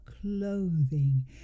clothing